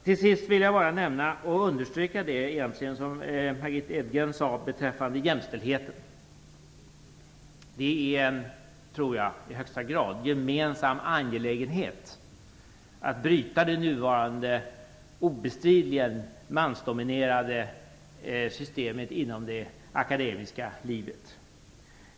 Till sist vill jag understryka det som Margitta Edgren sade beträffande jämställdheten. Det är i högsta grad en gemensam angelägenhet att bryta den nuvarande obestridligen mansdominerade systemet inom det akademiska livet.